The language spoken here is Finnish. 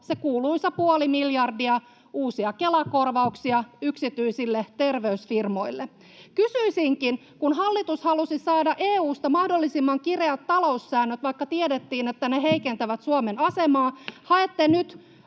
se kuuluisa puoli miljardia uusia Kela-korvauksia yksityisille terveysfirmoille. Kysyisinkin, kun hallitus halusi saada EU:sta mahdollisimman kireät taloussäännöt, vaikka tiedettiin, että ne heikentävät Suomen asemaa ja haette nyt